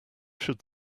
should